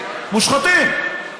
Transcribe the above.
מושחתים.